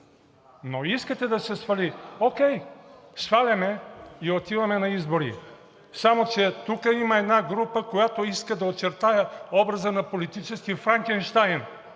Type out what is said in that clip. Искате да се свали – окей, сваляме и отиваме на избори, само че тук има една група, която иска да очертае образа на политически Франкенщайн.